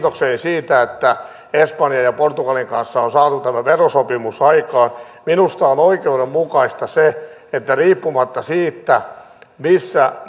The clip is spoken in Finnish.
antaa kiitokseni siitä että espanjan ja portugalin kanssa on saatu verosopimus aikaan minusta on oikeudenmukaista se että riippumatta siitä missä